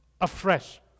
afresh